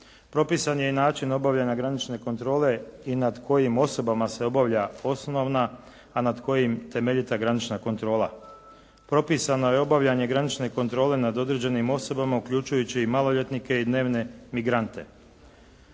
Propisan je i način obavljanja granične kontrole i nad kojim osobama se obavlja osnovna, a nad kojim temeljita granična kontrola. Propisano je obavljanje granične kontrole nad određenim osobama uključujući i maloljetnike i dnevne migrante.